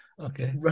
Okay